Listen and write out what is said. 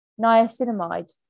Niacinamide